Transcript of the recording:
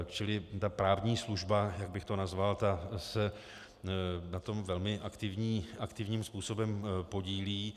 Čili ta právní služba, jak bych to nazval, ta se na tom velmi aktivním způsobem podílí.